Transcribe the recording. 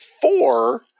four